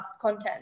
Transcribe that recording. content